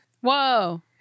Whoa